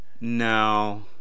No